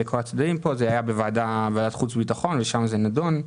זה היה בוועדת החוץ והביטחון ושם זה נדון.